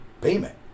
Payment